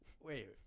wait